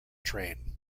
train